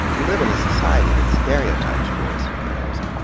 we live in a society that stereotypes boys and girls,